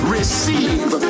Receive